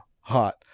hot